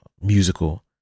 musical